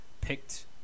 picked